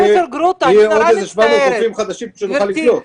יהיו עוד 700 רופאים חדשים שנוכל לקלוט.